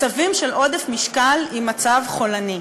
מצבים של עודף משקל עם מצב חולני.